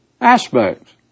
aspects